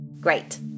Great